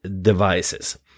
devices